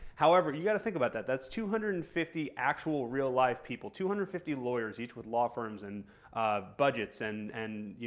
however, you've got to think about that. that's two hundred and fifty actual real life people. two hundred and fifty lawyers each with law firms, and budgets, and and you